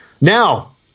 Now